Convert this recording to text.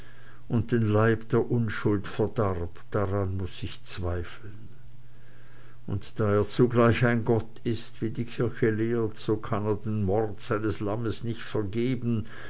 und den leib der unschuld verdarb daran muß ich zweifeln und da er zugleich ein gott ist wie die kirche lehrt so kann er den mord seines lammes nicht vergeben